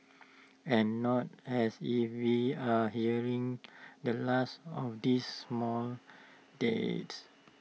and not as if we are hearing the last of these mall deaths